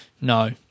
No